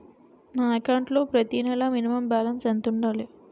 నా అకౌంట్ లో ప్రతి నెల మినిమం బాలన్స్ ఎంత ఉండాలి?